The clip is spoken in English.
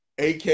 AK